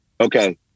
okay